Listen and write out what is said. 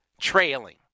trailing